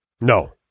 No